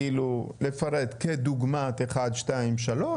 כאילו לפרט כדוגמת אחד שתיים שלוש